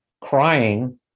crying